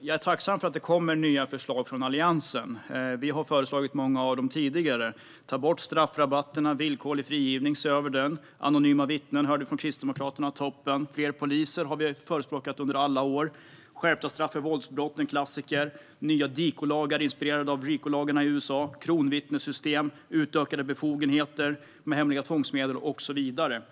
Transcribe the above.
jag är tacksam för att det kommer nya förslag från Alliansen. Vi har framfört många av dem tidigare. Det handlar om att ta bort straffrabatterna och att se över den villkorliga frigivningen. Kristdemokraterna föreslår anonyma vittnen, toppen! Fler poliser har vi förespråkat under alla år. Skärpta straff för våldsbrott är en klassiker. Det finns förslag om nya DIKO-lagar, inspirerade av RICO-lagarna i USA. Man föreslår kronvittnessystem och utökade befogenheter med hemliga tvångsmedel och så vidare.